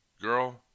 girl